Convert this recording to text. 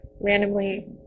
randomly